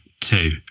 two